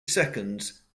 seconds